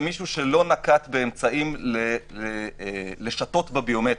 זה מישהו שלא נקט באמצעים לשטות בביומטריה.